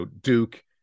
Duke